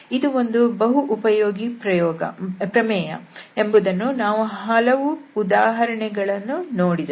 ಇದು ಒಂದು ಬಹು ಉಪಯೋಗಿ ಪ್ರಮೇಯ ಎಂಬುದನ್ನು ನಾವು ಹಲವು ಉದಾಹರಣೆಗಳಿಂದ ನೋಡಿದೆವು